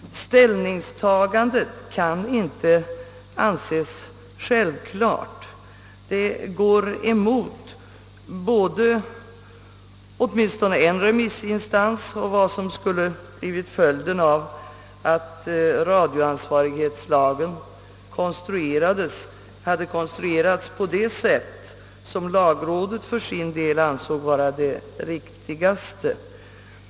Ställningstagandet härvidlag kan inte anses = självklart. = Justitieministerns ståndpunkt står i strid med både åtminstone en remissinstans och den utformning som radioansvarighetslagen skulle ha fått, om den hade konstruerats på det sätt som lagrådet för sin del ansåg vara det riktigaste.